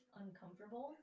uncomfortable